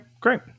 great